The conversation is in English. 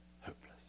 Hopeless